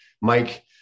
Mike